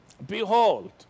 Behold